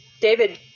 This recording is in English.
David